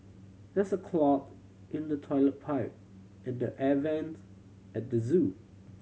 there is a clog in the toilet pipe and the air vents at the zoo